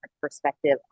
perspective